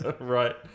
Right